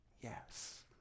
yes